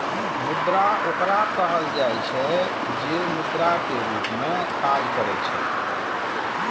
मुद्रा ओकरा कहल जाइ छै, जे मुद्रा के रूप मे काज करै छै